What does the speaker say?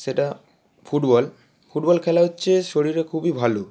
সেটা football football খেলা হচ্ছে শরীরে খুবই ভালো